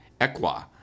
equa